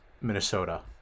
Minnesota